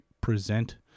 present